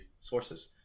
sources